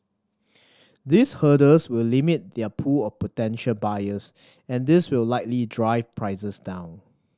these hurdles will limit their pool of potential buyers and this will likely drive prices down